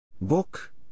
Book